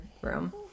room